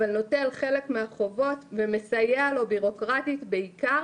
אבל נוטל חלק מהחובות ומסייע לו בירוקרטית בעיקר.